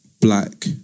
black